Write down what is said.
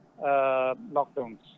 lockdowns